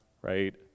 right